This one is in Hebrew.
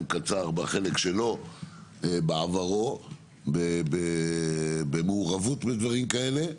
קצר בחלק שלו בעברו במעורבות בדברים כאלה,